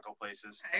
places